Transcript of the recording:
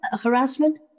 harassment